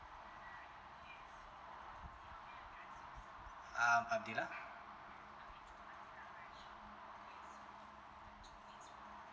um abdillah